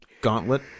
gauntlet